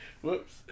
Whoops